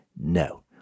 no